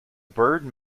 bird